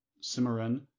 Cimarron